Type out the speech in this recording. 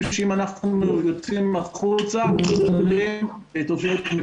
שאם אנחנו יוצאים החוצה אנחנו סוגרים את הדלת.